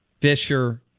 Fisher